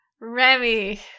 Remy